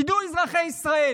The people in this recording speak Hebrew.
ידעו אזרחי ישראל